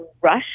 rush